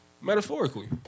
Metaphorically